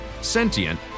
sentient